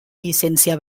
llicència